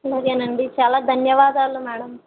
అలాగేనండి చాలా ధన్యవాదాలు మేడం